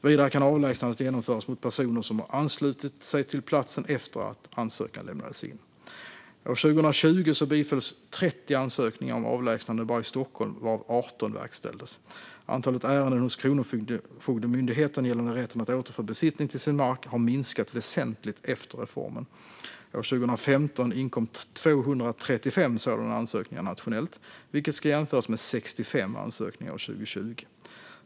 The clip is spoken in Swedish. Vidare kan avlägsnandet genomföras mot personer som har anslutit sig till platsen efter att ansökan lämnades in. År 2020 bifölls 30 ansökningar om avlägsnande bara i Stockholm, varav 18 verkställdes. Antalet ärenden hos Kronofogdemyndigheten gällande rätten att återfå besittning till sin mark har minskat väsentligt efter reformen. År 2015 inkom 235 sådana ansökningar nationellt, vilket ska jämföras med 65 ansökningar 2020.